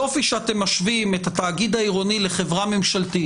יופי שאתם משווים את התאגיד העירוני לחברה ממשלתית.